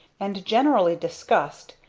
and generally discussed,